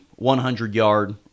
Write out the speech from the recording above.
100-yard